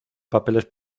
papeles